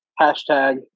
Hashtag